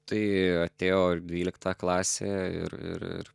tai atėjo dvylikta klasė ir ir ir